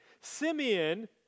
Simeon